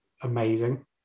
amazing